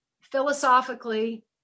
philosophically